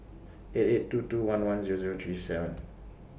eight eight two two one one Zero Zero three seven